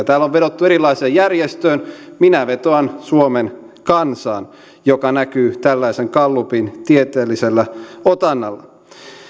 täällä on vedottu erilaisiin järjestöihin minä vetoan suomen kansaan joka näkyy tällaisen gallupin tieteellisellä otannalla